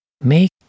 Make